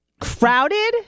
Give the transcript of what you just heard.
Crowded